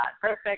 perfect